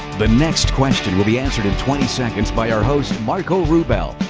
the next question will be answered in twenty seconds by our host marko rubel,